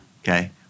Okay